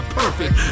perfect